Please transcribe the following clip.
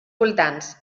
voltants